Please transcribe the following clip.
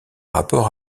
rapport